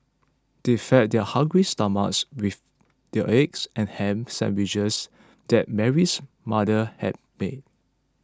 they fed their hungry stomachs with the eggs and ham sandwiches that Mary's mother had made